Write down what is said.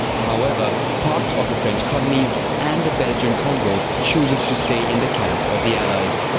however, parts of the french colonies and the belgian congo chooses to stay in the camp of the allies.